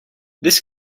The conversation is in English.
this